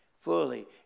fully